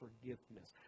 forgiveness